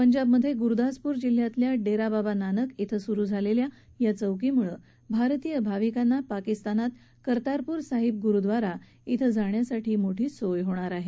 पंजाबमधे गुरुदासपूर जिल्ह्यातल्या डेरा बाबा नानक इथं सुरू झालेल्या या चौकीमुळे भारतीय भाविकांना पाकिस्तानात कर्तारपूर साहिब गुरुद्वारा इथं जाण्यासाठी मोठी सोय होणार आहे